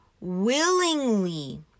willingly